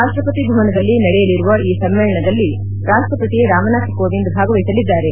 ರಾಷ್ಷಪತಿ ಭವನದಲ್ಲಿ ನಡೆಯಲಿರುವ ಈ ಸಮ್ಮೇಳನದಲ್ಲಿ ರಾಷ್ಷಪತಿ ರಾಮನಾಥ್ ಕೋವಿಂದ್ ಭಾಗವಹಿಸಲಿದ್ದಾರೆ